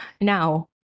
now